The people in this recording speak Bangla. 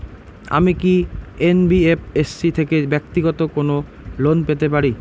আমি কি এন.বি.এফ.এস.সি থেকে ব্যাক্তিগত কোনো লোন পেতে পারি?